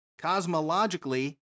cosmologically